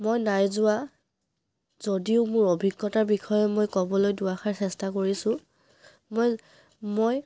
মই নাই যোৱা যদিও মোৰ অভিজ্ঞতাৰ বিষয়ে মই ক'বলৈ দুআষাৰ চেষ্টা কৰিছোঁ মই মই